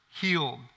healed